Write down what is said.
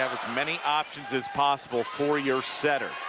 um as many options as possible for your setter.